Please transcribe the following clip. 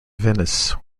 venice